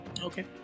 Okay